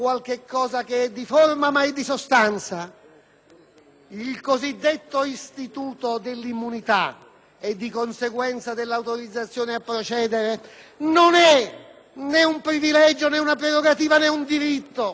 Il cosiddetto istituto dell'immunità (e, di conseguenza, dell'autorizzazione a procedere) non è né un privilegio, né una prerogativa, né un diritto del singolo parlamentare: